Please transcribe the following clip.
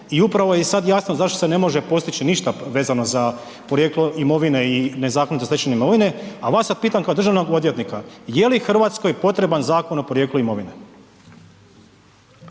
i upravo je i sad jasno zašto se ne može postići ništa vezano za porijeklo imovine i nezakonito stečene imovine, a vas sad pitam kao državnog odvjetnika, je li RH potreban Zakon o porijeklu imovine?